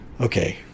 okay